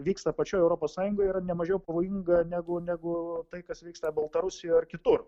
vyksta pačioj europos sąjungoj yra nemažiau pavojinga negu negu tai kas vyksta baltarusijoje ar kitur